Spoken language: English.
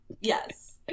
Yes